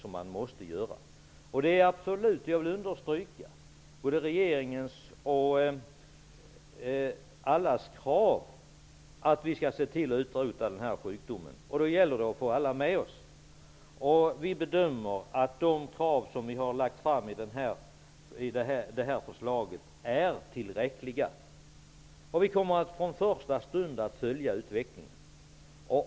Jag vill understryka att det är både regeringens och alla andras krav att vi skall se till att utrota den här sjukdomen. Då gäller det att få alla med oss. Vi bedömer att våra krav i det här förslaget är tillräckliga. Vi kommer att följa utvecklingen från första stund.